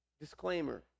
disclaimer